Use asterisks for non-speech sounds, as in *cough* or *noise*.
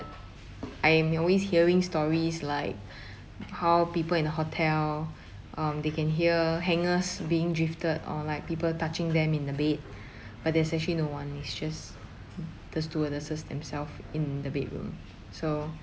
I'm always hearing stories like *breath* how people in the hotel um they can hear hangers being drifted or like people touching them in the bed but there's actually no one it's just the stewardesses themself in the bedroom so